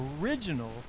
original